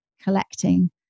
collecting